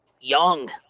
young